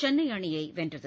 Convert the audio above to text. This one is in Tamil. சென்னை அணியை வென்றது